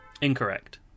Incorrect